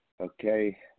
Okay